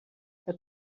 que